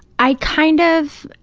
i kind of,